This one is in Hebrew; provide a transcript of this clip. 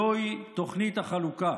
זוהי תוכנית החלוקה.